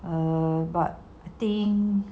oh but I think